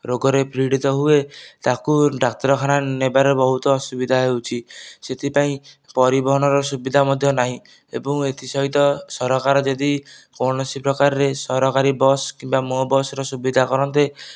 ରୋଗରେ ପୀଡ଼ିତ ହୁଏ ତାକୁ ଡାକ୍ତରଖାନା ନେବାରେ ବହୁତ ଅସୁବିଧା ହେଉଛି ସେଥିପାଇଁ ପରିବହନର ସୁବିଧା ମଧ୍ୟ ନାହିଁ ଏବଂ ଏଥି ସହିତ ସରକାର ଯଦି କୌଣସି ପ୍ରକାରରେ ସରକାରୀ ବସ୍ କିମ୍ବା ମୋ' ବସ୍ର ସୁବିଧା କରନ୍ତେ